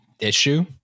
issue